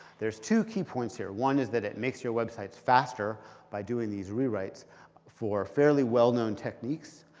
there's two key points here. one is that it makes your websites faster by doing these rewrites for fairly well-known techniques.